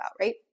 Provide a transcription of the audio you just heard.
right